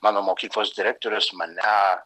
mano mokyklos direktorius mane